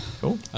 Cool